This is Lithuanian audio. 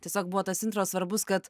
tiesiog buvo tas intro svarbus kad